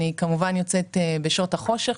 אני כמובן יוצאת בשעות החושך,